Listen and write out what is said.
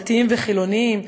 דתיים וחילונים,